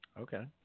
Okay